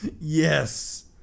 Yes